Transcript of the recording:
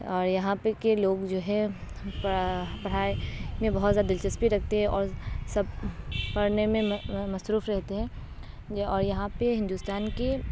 اور یہاں پہ کے لوگ جو ہے پڑھائی میں بہت زیادہ دلچسپی رکھتے ہیں اور سب پڑھنے میں مصروف رہتے ہیں اور یہاں پہ ہندوستان کی